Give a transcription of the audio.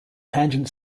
tangent